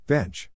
Bench